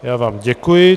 Já vám děkuji.